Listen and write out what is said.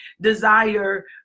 desire